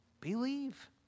believe